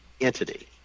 entity